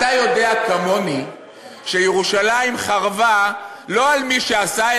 אתה יודע כמוני שירושלים חרבה לא על מי שעשה,